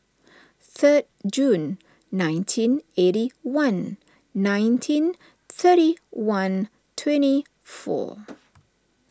third June nineteen eighty one nineteen thirty one twenty four